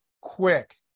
quick